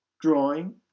drawing